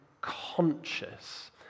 conscious